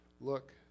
look